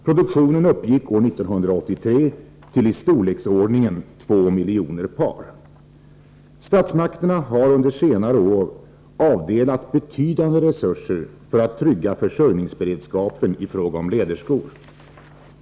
Produktionen uppgick år 1983 till i storleksordningen 2 miljoner par. Statsmakterna har under senare år avdelat betydande resurser för att trygga försörjningsberedskapen i fråga om läderskor.